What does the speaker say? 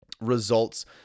results